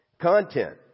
Content